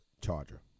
Charger